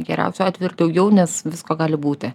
geriausiu atveju ir daugiau nes visko gali būti